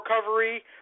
recovery